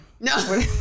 No